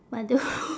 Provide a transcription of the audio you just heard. but tho~